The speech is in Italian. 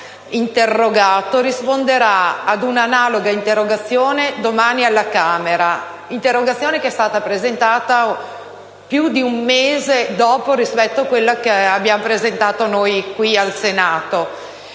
interrogato risponderà ad un'analoga interrogazione domani alla Camera; interrogazione che è stata presentata più di un mese dopo rispetto a quella che abbiamo presentato noi qui al Senato.